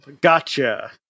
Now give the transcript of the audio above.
Gotcha